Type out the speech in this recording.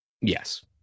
yes